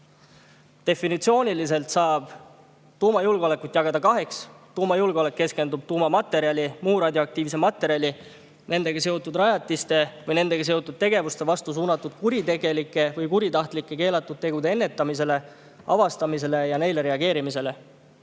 Definitsiooni järgi saab tuumajulgeoleku jagada kaheks. Tuumajulgeolek keskendub tuumamaterjali ja muu radioaktiivse materjali ning nendega seotud rajatiste või tegevuste vastu suunatud kuritegelike või kuritahtlike keelatud tegude ennetamisele, avastamisele ja neile reageerimisele.